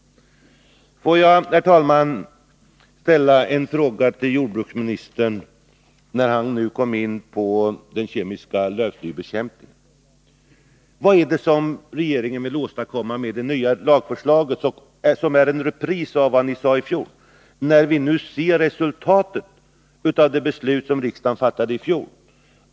Jag vill, herr talman, ställa en fråga till jordbruksministern, när han nu kom in på den kemiska lövslybekämpningen. Vad vill regeringen åstadkomma med det nya lagförslaget, som är en repris av vad ni sade i fjol? Vi ser ju resultatet av det beslut som riksdagen fattade i fjol.